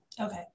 okay